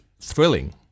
thrilling